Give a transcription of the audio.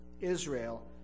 Israel